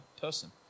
person